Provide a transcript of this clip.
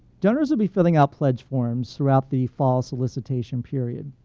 donors will be filling out pledge forms throughout the fall solicitation period.